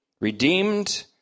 Redeemed